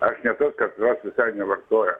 aš ne tas katras visai nevartoja